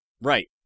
Right